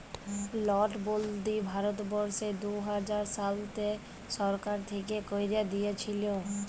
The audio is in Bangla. লটবল্দি ভারতবর্ষে দু হাজার শলতে সরকার থ্যাইকে ক্যাইরে দিঁইয়েছিল